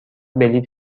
بلیط